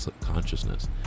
consciousness